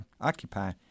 occupy